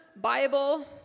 Bible